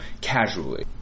casually